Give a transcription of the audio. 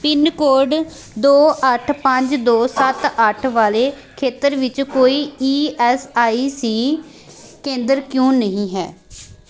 pin code ਦੋ ਅੱਠ ਪੰਜ ਦੋ ਸੱਤ ਅੱਠ ਵਾਲੇ ਖੇਤਰ ਵਿੱਚ ਕੋਈ ਈ ਐਸ ਆਈ ਸੀ ਕੇਂਦਰ ਕਿਉਂ ਨਹੀਂ ਹੈ